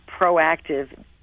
proactive